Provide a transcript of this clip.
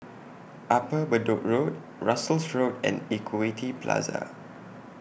Upper Bedok Road Russels Road and Equity Plaza